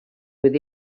with